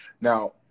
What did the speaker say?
Now